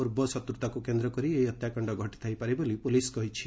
ପୂର୍ବ ଶତ୍ରତାକୃ କେନ୍ଦ୍ରକରି ଏହି ହତ୍ୟାକାଣ ଘଟିଥାଇପାରେ ବୋଲି ପ୍ରଲିସ୍ କହିଛି